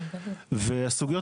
הסוגיות